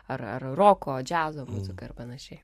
ar ar roko džiazo muzika ir panašiai